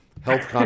health